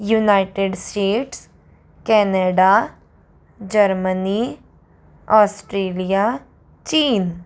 United States Canada Germany Australia China